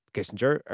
Kissinger